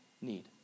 need